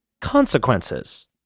consequences